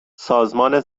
سازمان